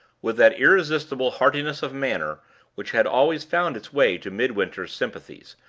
with that irresistible heartiness of manner which had always found its way to midwinter's sympathies,